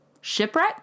shipwreck